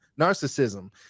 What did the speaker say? Narcissism